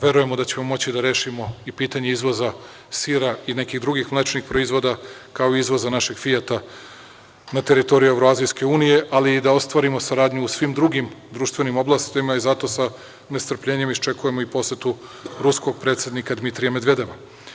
Verujemo da ćemo moći da rešimo i pitanje izvoza sira i nekih drugih mlečnih proizvoda, kao i izvoz našeg „Fijata“ na teritoriju Evroazijske unije, ali i da ostvarimo saradnju u svim drugim društvenim oblastima i zato sa nestrpljenjem očekujemo i posetu ruskog predsednika Dmitrija Medvedeva.